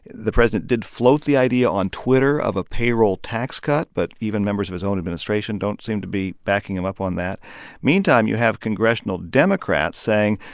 the president did float the idea on twitter of a payroll tax cut, but even members of his own administration don't seem to be backing him up on that meantime, you have congressional democrats saying,